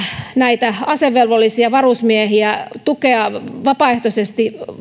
näitä asevelvollisia varusmiehiä tukea vapaaehtoisesti